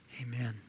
Amen